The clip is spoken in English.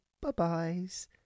bye-byes